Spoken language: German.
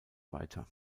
weiter